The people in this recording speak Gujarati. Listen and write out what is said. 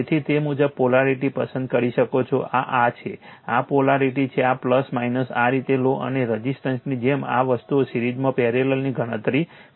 તેથી તે મુજબ પોલારિટી પસંદ કરી શકો છો આ આ છે આ પોલારિટી છે આ આ રીતે લો અને રેઝિસ્ટન્સની જેમ જ આ વસ્તુને સિરીઝ પેરેલલની ગણતરી કરો